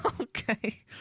Okay